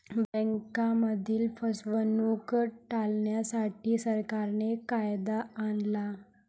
बँकांमधील फसवणूक टाळण्यासाठी, सरकारने कायदा आणला